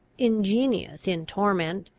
ingenious in torment,